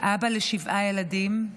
אבא לשבעה ילדים,